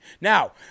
Now